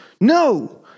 No